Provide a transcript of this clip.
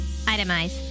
Itemize